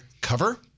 cover